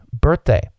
birthday